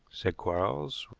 said quarles.